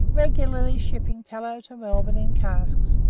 regularly shipping tallow to melbourne in casks,